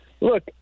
look